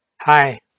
hi